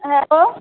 hello